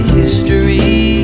history